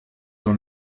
dans